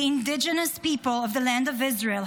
the indigenous people of the land of Israel,